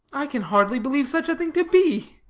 i can hardly believe such a thing to be.